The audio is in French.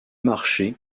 marchés